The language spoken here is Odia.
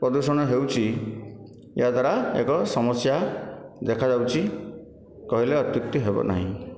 ପ୍ରଦୂଷଣ ହେଉଛି ଏହାଦ୍ୱାରା ଏକ ସମସ୍ୟା ଦେଖାଯାଉଛି କହିଲେ ଅତ୍ୟୁକ୍ତି ହେବ ନାହିଁ